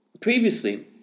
Previously